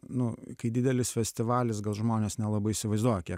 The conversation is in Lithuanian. nu kai didelis festivalis gal žmonės nelabai įsivaizduoja kiek